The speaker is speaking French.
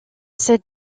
cette